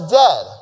dead